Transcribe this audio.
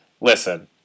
listen